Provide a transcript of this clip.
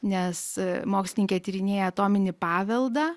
nes mokslininkė tyrinėja atominį paveldą